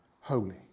holy